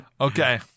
Okay